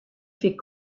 fait